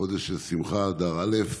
חודש של שמחה, אדר א'.